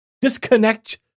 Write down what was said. disconnect